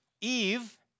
eve